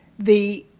the